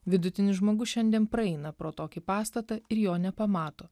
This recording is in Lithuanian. vidutinis žmogus šiandien praeina pro tokį pastatą ir jo nepamato